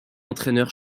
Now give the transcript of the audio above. entraîneur